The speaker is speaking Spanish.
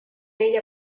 ella